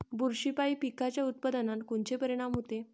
बुरशीपायी पिकाच्या उत्पादनात कोनचे परीनाम होते?